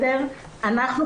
אנחנו,